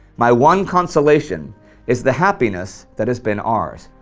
my one consolation is the happiness that has been ours.